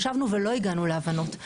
ישבנו ולא הגענו להבנות.